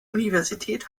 universität